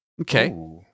Okay